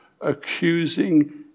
accusing